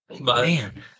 Man